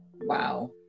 Wow